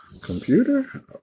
computer